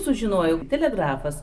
sužinojau telegrafas